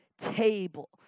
table